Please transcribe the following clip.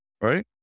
right